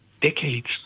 decades